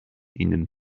ihnen